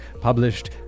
published